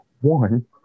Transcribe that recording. one